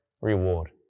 reward